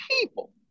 people